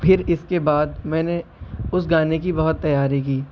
پھر اس کے بعد میں نے اس گانے کی بہت تیاری کی